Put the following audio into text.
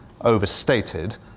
overstated